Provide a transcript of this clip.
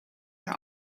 are